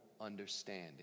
understanding